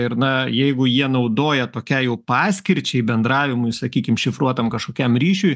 ir na jeigu jie naudoja tokiai jau paskirčiai bendravimui sakykim šifruotam kažkokiam ryšiui